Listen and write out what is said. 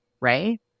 right